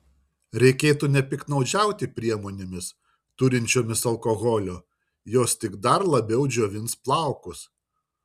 reikėtų nepiktnaudžiauti priemonėmis turinčiomis alkoholio jos tik dar labiau džiovins plaukus